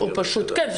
כן.